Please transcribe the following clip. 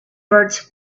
birds